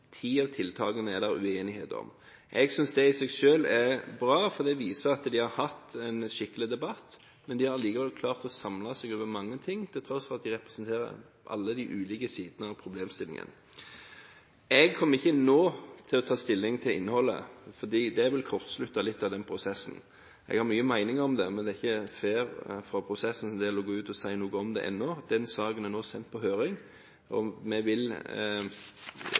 av tiltakene er det uenighet om. Jeg synes det i seg selv er bra, for det viser at de har hatt en skikkelig debatt, men de har allikevel klart å samle seg om mange ting til tross for at de representerer alle de ulike sidene av problemstillingen. Jeg kommer ikke nå til å ta stilling til innholdet, fordi det vil kortslutte litt av den prosessen. Jeg har mange meninger om det, men det er ikke fair for prosessens del å gå ut og si noe om det ennå. Den saken er nå sendt på høring, og vi vil